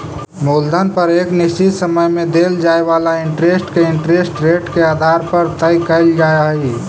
मूलधन पर एक निश्चित समय में देल जाए वाला इंटरेस्ट के इंटरेस्ट रेट के आधार पर तय कईल जा हई